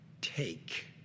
take